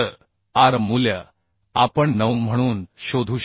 तर आर मूल्य आपण 9